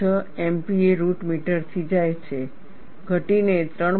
6 MPa root મીટરથી જાય છે ઘટીને 3